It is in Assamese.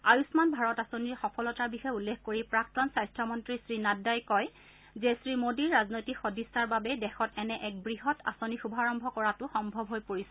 আয়ুষমান ভাৰত আঁচনিৰ সফলতাৰ বিষয়ে উল্লেখ কৰি প্ৰাক্তন স্বাস্থ্যমন্ত্ৰী শ্ৰীনাড্ডাই কয় যে শ্ৰীমোডীৰ ৰাজনৈতিক সদিচ্চাৰ বাবেই দেশত এনে এক বৃহৎ আঁচনি শুভাৰম্ভ কৰাতো সম্ভৱ হৈ পৰিছে